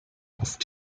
oft